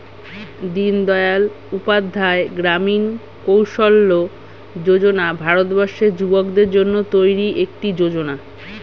দিনদয়াল উপাধ্যায় গ্রামীণ কৌশল্য যোজনা ভারতবর্ষের যুবকদের জন্য তৈরি একটি যোজনা